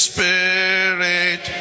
Spirit